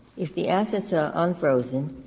if the assets are unfrozen,